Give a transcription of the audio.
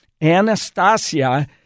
Anastasia